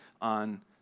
on